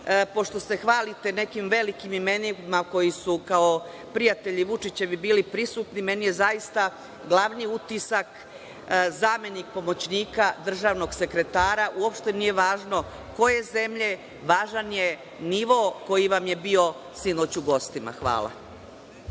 pošto se hvalite nekim velikim imenima koji su kao prijatelji Vučićevi bili prisutni, meni je zaista glavni utisak zamenik pomoćnika državnog sekretara, uopšte nije važno koje zemlje, važan je nivo koji vam je bio sinoć u gostima. Hvala.